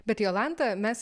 bet jolanta mes